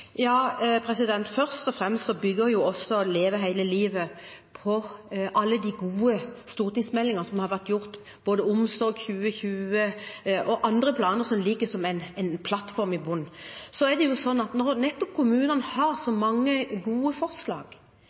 Først og fremst bygger Leve hele livet på alle de gode stortingsmeldingene som har kommet, både Omsorg 2020 og andre planer som ligger som en plattform i bunnen. Når nettopp kommunene har så mange gode forslag,